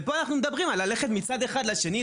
ופה אנחנו מדברים על ללכת מצד אחד לשני,